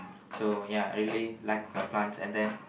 so ya I really like my plants and then